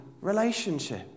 relationship